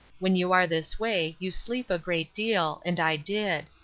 when you are this way you sleep a great deal, and i did.